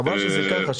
חבל שזה ככה,